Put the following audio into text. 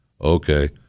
Okay